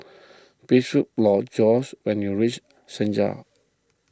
please look Jorge when you reach Senja